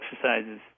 exercises